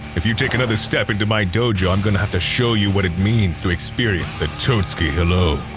if you take another step into my dojo, i'm gonna have to show you what it means to experience the totsuki hello.